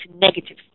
negative